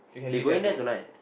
they going there tonight